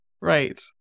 Right